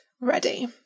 ready